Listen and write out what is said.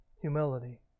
Humility